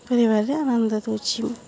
ପରିବାରରେ ଆନନ୍ଦ ଦେଉଛିି